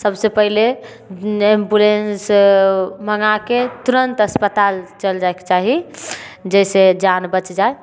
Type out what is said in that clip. सबसे पहले एम्बुलेंस मँगाके तुरंत अस्पताल चलि जाइके चाही जाहि से जान बैच जाय